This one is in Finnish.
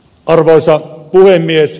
arvoisa puhemies